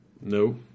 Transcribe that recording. No